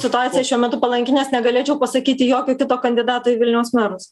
situacija šiuo metu palanki nes negalėčiau pasakyti jokio kito kandidato į vilniaus merus